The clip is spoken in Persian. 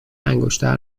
انگشتر